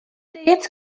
diet